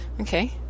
Okay